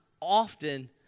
often